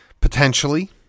potentially